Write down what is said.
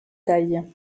taille